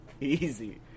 Easy